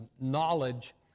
knowledge